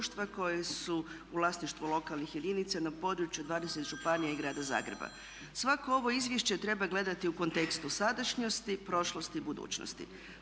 koji su u vlasništvu lokalnih jedinica na području 20 županija i Grada Zagreba. Svako ovo izvješće treba gledati u kontekstu sadašnjosti, prošlosti i budućnosti.